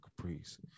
Caprice